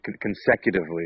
consecutively